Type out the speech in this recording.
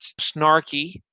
snarky